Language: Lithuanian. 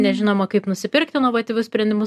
nežinoma kaip nusipirkt inovatyvius sprendimus